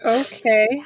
Okay